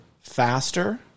faster